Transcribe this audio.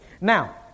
Now